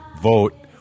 vote